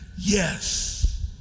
yes